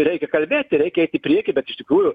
reikia kalbėti reikia eit į priekį bet iš tikrųjų